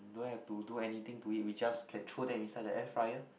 don't have to do anything to it we just can throw them inside the air fryer